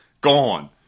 Gone